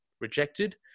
rejected